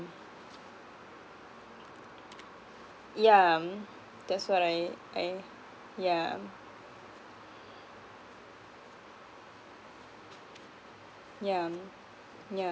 yeah um that's what I I yeah yeah mm yeah